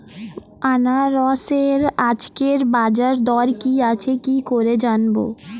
আনারসের আজকের বাজার দর কি আছে কি করে জানবো?